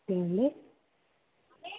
okay అండి